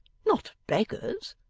not beggars